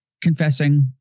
confessing